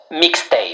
Mixtape